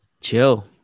Chill